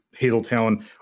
Hazeltown